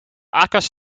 akkers